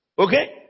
Okay